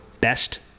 best